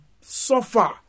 suffer